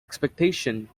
expectations